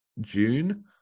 june